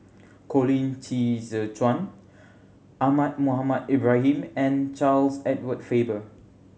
Colin Qi Zhe Quan Ahmad Mohamed Ibrahim and Charles Edward Faber